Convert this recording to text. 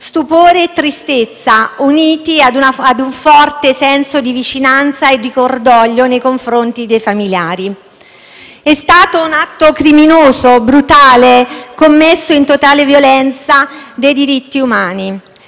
stupore e tristezza uniti a un forte senso di vicinanza e di cordoglio nei confronti dei familiari. È stato un atto criminoso e brutale, commesso in totale violazione dei diritti umani.